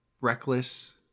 reckless